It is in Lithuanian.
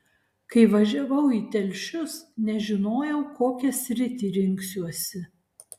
kai važiavau į telšius nežinojau kokią sritį rinksiuosi